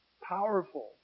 powerful